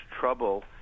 trouble